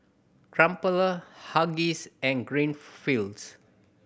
Crumpler Huggies and Greenfields